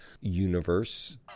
universe